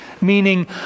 meaning